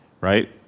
right